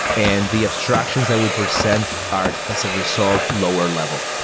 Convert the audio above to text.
and the abstractions that we present are as a result lower level.